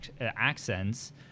accents